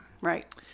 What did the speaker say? right